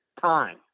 time